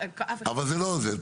אבל זה לא עוזר,